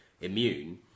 immune